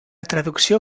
traducció